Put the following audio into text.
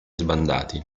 sbandati